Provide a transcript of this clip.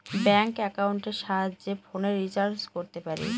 bank একাউন্টের সাহায্যে ফোনের রিচার্জ করতে পারি